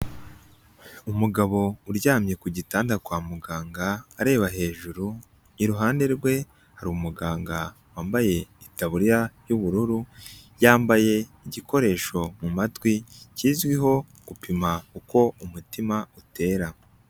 Umugabo uryamye ku gitanda kwa muganga areba hejuru, iruhande rwe hari umuganga wambaye itaburiya y'ubururu, yambaye igikoresho mu matwi kizwiho gupima uko umutima utera.